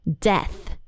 death